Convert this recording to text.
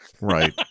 Right